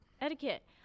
Etiquette